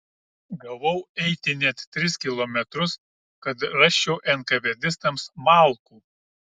gavau eiti net tris kilometrus kad rasčiau enkavedistams malkų